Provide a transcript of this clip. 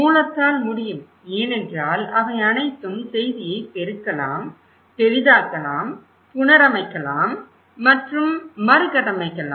மூலத்தால் முடியும் ஏனென்றால் அவை அனைத்தும் செய்தியை பெருக்கலாம் பெரிதாக்கலாம் புனரமைக்கலாம் மற்றும் மறுகட்டமைக்கலாம்